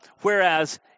Whereas